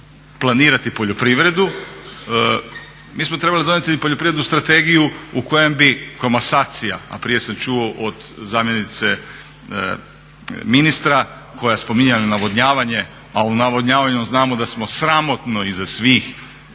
planirati poljoprivredu mi smo trebali donijeti poljoprivrednu strategiju u kojem bi komasacija, a prije sam čuo od zamjenice ministra koja je spominjala navodnjavanje, a u navodnjavanju znamo da smo sramotno iza svih